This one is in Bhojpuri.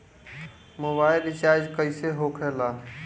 मोबाइल रिचार्ज कैसे होखे ला?